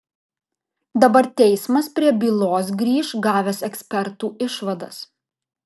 dabar teismas prie bylos grįš gavęs ekspertų išvadas